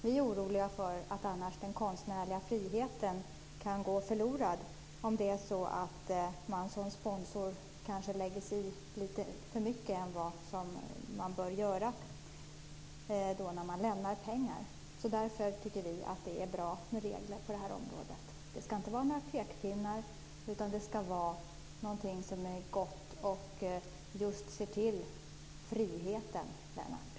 Vi är oroliga för att den konstnärliga friheten annars kan gå förlorad om man som sponsor lägger sig i mer än vad man bör göra när man ger pengar. Därför tycker vi att det är bra med regler på det här området. Det ska inte vara några pekpinnar, utan det ska vara någonting som är gott och som ser till friheten, Lennart.